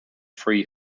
free